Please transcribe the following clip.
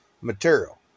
material